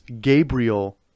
Gabriel